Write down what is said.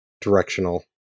directional